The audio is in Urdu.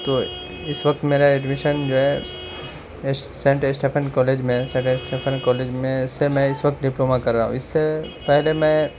تو اس وقت میرا ایڈمیشن جو ہے سینٹ اسٹیفن کالج میں سینٹ اسٹیفن کالج میں سے میں اس وقت ڈپلوما کر رہا ہوں اس سے پہلے میں